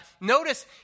notice